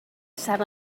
sat